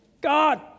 God